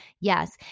yes